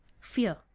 Fear